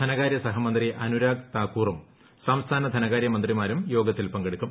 ധനകാര്യ സഹമന്ത്രി അനുരാഗ് താക്കൂറും സംസ്ഥാന ധനകാര്യ മന്ത്രിമാരും യോഗത്തിൽ പങ്കെടുക്കും